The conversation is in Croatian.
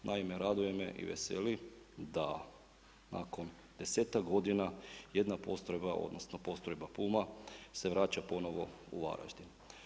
Naime, raduje me i veseli da nakon desetak godina jedna postrojba, odnosno postrojba Puma se vraća ponovo u Varaždin.